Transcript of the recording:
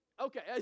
Okay